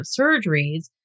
surgeries